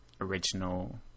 original